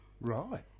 Right